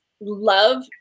love